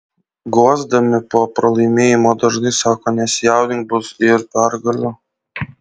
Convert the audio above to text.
guosdami po pralaimėjimo dažnai sako nesijaudink bus ir pergalių